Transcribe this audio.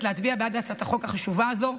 להצביע בעד הצעת החוק החשובה הזו.